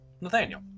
Nathaniel